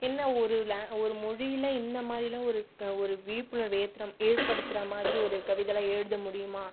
என்ன ஒரு லா ஒரு மொழியில் இந்த மாதிரியெல்லாம் ஒரு ஒரு விழிப்புணர்வை ஏத்துற ஏற்படுத்துகிற மாதிரி ஒரு கவிதையெல்லாம் எழுத முடியுமா